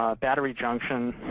ah battery junction,